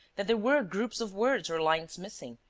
that there were groups of words or lines missing,